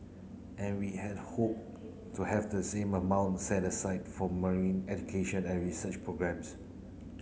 and we had hope to have the same amount set aside for marine education and research programmes